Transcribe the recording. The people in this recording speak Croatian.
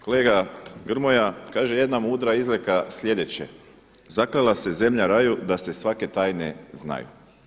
Kolega Grmoja, kaže jedna mudra izreka, sljedeće, „Zaklela se zemlja raju da se svake tajne znaju!